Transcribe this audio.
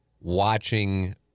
watching